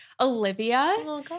Olivia